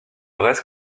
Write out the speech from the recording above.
reste